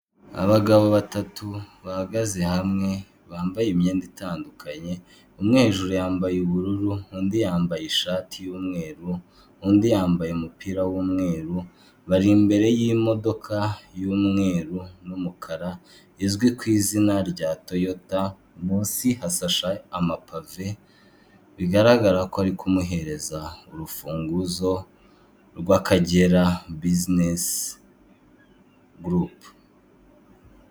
Abagabo batatu bahagaze hamwe, bambaye imyenda itandukanye, umwe hejuru yambaye ubururu, undi yambaye ishati y'umweru, undi yambaye umupira w'umweru, bari imbere y'imodoka y'umweru n'umukara izwi ku izina rya toyota, munsi hasashe amapave, bigaragara ko ari kumuhereza urufunguzo rw'akagera bizinesi gurupe.